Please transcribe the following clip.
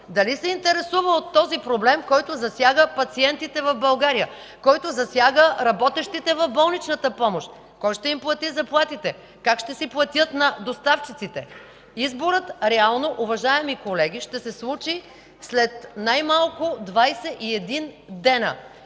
Дали се интересува от този проблем, който засяга пациентите в България, засяга работещите в болничната помощ? Кой ще им плати заплатите? Как ще си платят на доставчиците? Уважаеми колеги, изборът реално ще се случи след най малко 21 дни.